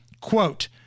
quote